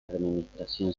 administración